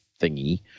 thingy